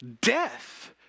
death